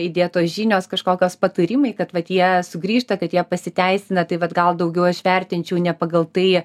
įdėtos žinios kažkokios patarimai kad vat jie sugrįžta kad jie pasiteisina tai vat gal daugiau aš vertinčiau ne pagal tai